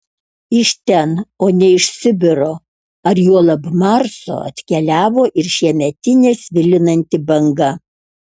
iš ten o ne iš sibiro ar juolab marso atkeliavo ir šiemetinė svilinanti banga